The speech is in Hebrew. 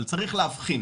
אבל צריך להבחין.